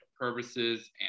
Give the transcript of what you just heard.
purposes